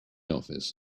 office